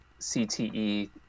CTE